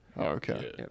okay